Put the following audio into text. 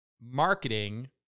marketing